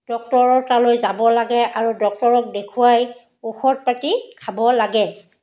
ডক্টৰৰ তালৈ যাব লাগে আৰু ডক্টৰক দেখুৱাই ঔষধ পাতি খাব লাগে